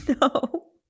No